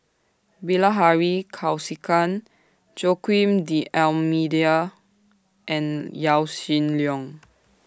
Bilahari Kausikan Joaquim D'almeida and Yaw Shin Leong